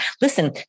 Listen